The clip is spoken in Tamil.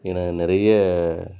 என நிறைய